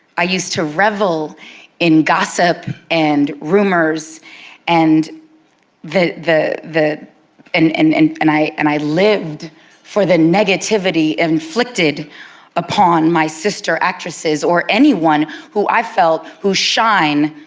i used to revel in gossip and rumors and the the and and and and i and i lived for the negativity and inflicted upon my sister actresses or anyone who i felt whose shine